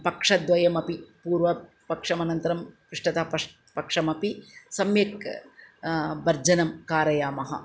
पक्षद्वयमपि पूर्वपक्षमनन्तरं पृष्टतापक्षमपि पक्षमपि सम्यक् भर्जनं कारयामः